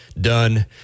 done